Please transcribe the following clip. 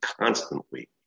constantly